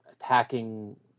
attacking